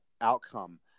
outcome